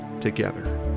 Together